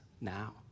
now